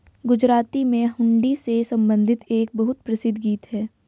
गुजराती में हुंडी से संबंधित एक बहुत प्रसिद्ध गीत हैं